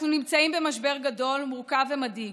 אנחנו נמצאים במשבר גדול, מורכב ומדאיג.